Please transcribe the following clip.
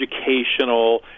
educational